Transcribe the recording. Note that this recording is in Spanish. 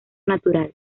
natural